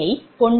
2793 0